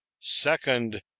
second